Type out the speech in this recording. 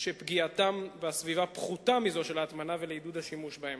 שפגיעתם בסביבה פחותה מזו של ההטמנה ולעידוד השימוש בהם.